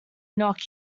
knock